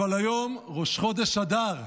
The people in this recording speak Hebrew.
אבל היום ראש חודש אדר,